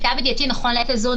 נכון לעת הזו,